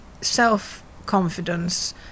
self-confidence